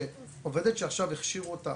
שעובדת עכשיו שהכשירו אותה,